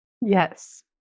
Yes